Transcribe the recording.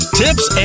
tips